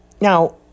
Now